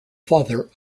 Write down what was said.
father